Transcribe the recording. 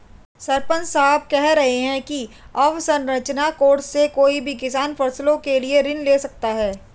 सरपंच साहब कह रहे थे कि अवसंरचना कोर्स से कोई भी किसान फसलों के लिए ऋण ले सकता है